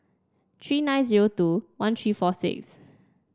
three nine zero two one three four six